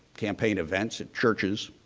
campaign events at churches.